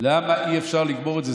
למה אי-אפשר לגמור את זה?